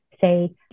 say